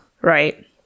right